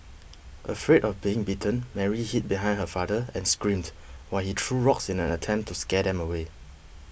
afraid of getting bitten Mary hid behind her father and screamed while he threw rocks in an attempt to scare them away